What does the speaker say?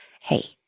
hey